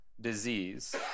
disease